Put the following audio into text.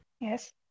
Yes